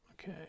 Okay